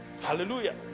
Hallelujah